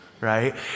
right